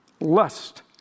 lust